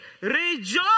rejoice